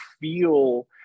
feel